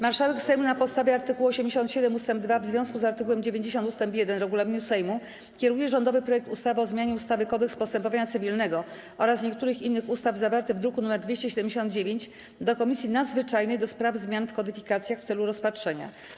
Marszałek Sejmu na podstawie art. 87 ust. 2 w związku z art. 90 ust. 1 regulaminu Sejmu kieruje rządowy projekt ustawy o zmianie ustawy - Kodeks postępowania cywilnego oraz niektórych innych ustaw, zawarty w druku nr 279, do Komisji Nadzwyczajnej do spraw zmian w kodyfikacjach w celu rozpatrzenia.